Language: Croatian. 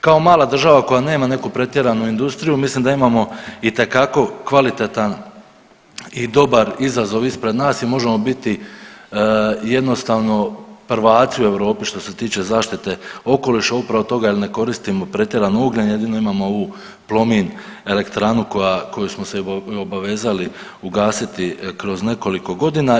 Kao mala država koja nema neku pretjeranu industriju mislim da imamo itekako kvalitetan i dobar izazov ispred nas i možemo biti jednostavno prvaci u Europi što se tiče zaštite okoliša upravo toga jer ne koristimo pretjerano ugljen jedino imamo ovu Plomin elektranu koja, koju smo se obavezali ugasiti kroz nekoliko godina.